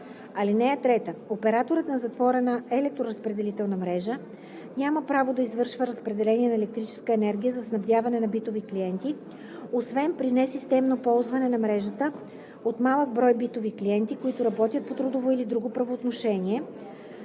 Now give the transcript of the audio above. ал. 3. (3) Операторът на затворена електроразпределителна мрежа няма право да извършва разпределение на електрическа енергия за снабдяване на битови клиенти, освен при несистемно ползване на мрежата от малък брой битови клиенти, които работят по трудово или друго правоотношение